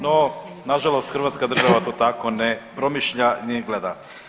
No nažalost hrvatska država to tako ne promišlja, ni gleda.